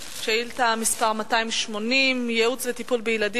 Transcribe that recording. שאילתא מס' 280: ייעוץ וטיפול בילדים